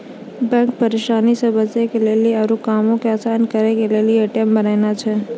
bank परेशानी से बचे के लेली आरु कामो के असान करे के लेली ए.टी.एम बनैने छै